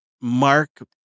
mark